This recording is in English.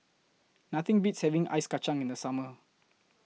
Nothing Beats having Ice Kachang in The Summer